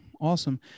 Awesome